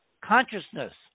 consciousness